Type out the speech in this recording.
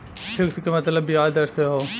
fix क मतलब बियाज दर से हौ